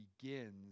begins